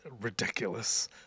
ridiculous